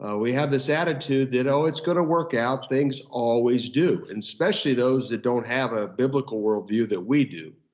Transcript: ah we have this attitude that oh, it's going to work out, things always do. and especially those that don't have a biblical worldview that we do.